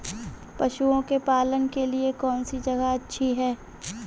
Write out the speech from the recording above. पशुओं के पालन के लिए कौनसी जगह अच्छी है?